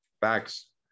Facts